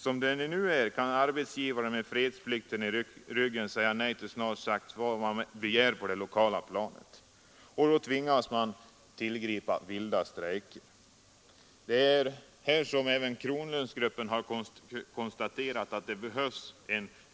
Som det nu är kan arbetsgivaren med fredsplikten i ryggen säga nej till snart sagt allt vad man begär på det lokala planet. Det är då man tvingas tillgripa ”vilda” strejker.” Även Kronlundsgruppen har konstaterat att det behövs